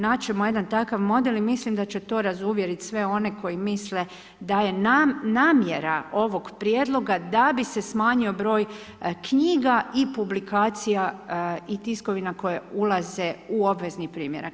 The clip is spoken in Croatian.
Nać ćemo jedan takav model i mislim da će to razuvjerit sve one koji misli da je namjera ovog prijedloga da bi se smanjio broj knjiga i publikacija i tiskovina koje ulaze u obvezni primjerak.